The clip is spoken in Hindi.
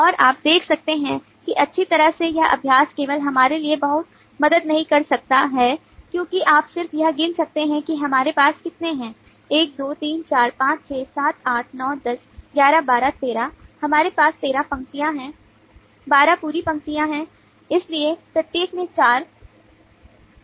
और आप देख सकते हैं कि अच्छी तरह से यह अभ्यास केवल हमारे लिए बहुत मदद नहीं कर सकता है क्योंकि आप सिर्फ यह गिन सकते हैं कि हमारे पास कितने हैं 1 2 3 4 5 6 7 8 9 10 11 12 13 हमारे पास 13 पंक्तियाँ 12 पूरी पंक्तियाँ हैं इसलिए प्रत्येक में चार 48 और अंतिम एक हैं